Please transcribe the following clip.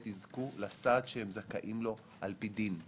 יזכו לסעד שהם זכאים לו על-פי דין.